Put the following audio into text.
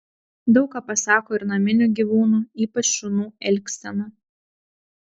daug ką pasako ir naminių gyvūnų ypač šunų elgsena